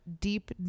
deep